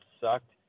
sucked